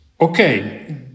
Okay